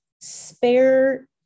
spare